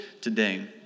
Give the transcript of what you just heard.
today